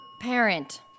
Parent